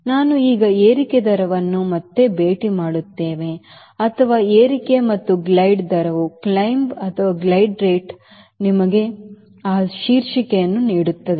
ನಾವು ಈಗ ಏರಿಕೆ ದರವನ್ನು ಮತ್ತೆ ಭೇಟಿ ಮಾಡುತ್ತೇವೆ ಅಥವಾ ಏರಿಕೆ ಮತ್ತು ಗ್ಲೈಡ್ ದರವು ನಿಮಗೆ ಆ ಶೀರ್ಷಿಕೆಯನ್ನು ನೀಡುತ್ತದೆ